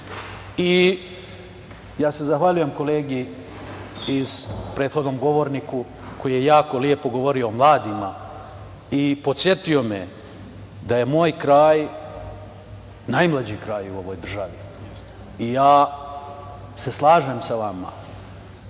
i zahvaljujem se kolegi, prethodnom govorniku koji je jako lepo govorio o mladima i podsetio me da je moj kraj najmlađi kraj u ovoj državi, i slažem se sa vama,